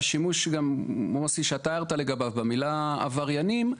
השימוש שאתה מוסי הערת לגביו במילה עבריינים,